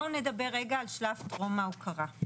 בואו נדבר רגע על שלב טרום ההוקרה,